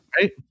right